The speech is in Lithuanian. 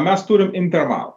mes turim intervalą